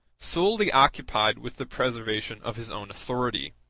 solely occupied with the preservation of his own authority.